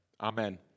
Amen